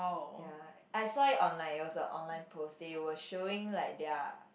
ya I've saw it online is a online post they were showing like their